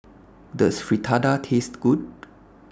Does Fritada Taste Good